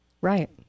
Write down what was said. Right